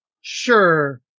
Sure